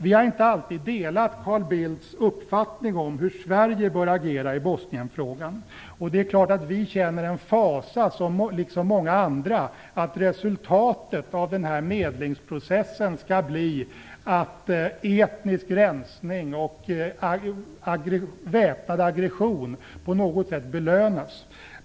Vi har inte alltid delat Carl Bildts uppfattning om hur Sverige bör agera i Bosnienfrågan, och det är klart att vi liksom många andra känner en fasa att resultatet av medlingsprocessen skall bli att etnisk rensning och väpnad aggression på något sätt belönas.